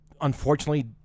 unfortunately